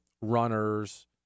runners